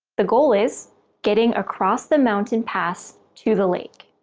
the goal is getting across the mountain pass to the lake.